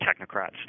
technocrats